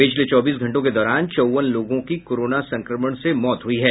पिछले चौबीस घंटों के दौरान चौवन लोगों की कोरोना संक्रमण से मौत हुई है